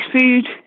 food